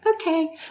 okay